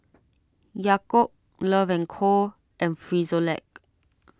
Yakult Love and Co and Frisolac